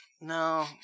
No